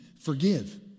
forgive